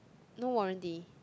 no warranty